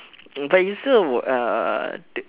but you still were uh uh uh